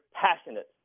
passionate